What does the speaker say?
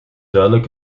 duidelijk